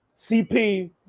CP